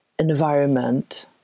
environment